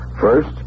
First